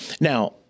Now